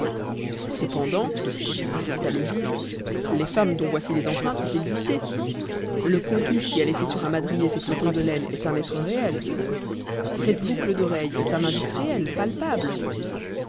cependant insista le juge les femmes dont voici les empreintes ont existé le complice qui a laissé sur un madrier ces flocons de laine est un être réel cette boucle d'oreille est un indice réel palpable